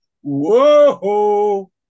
Whoa